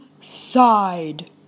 side